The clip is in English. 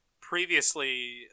previously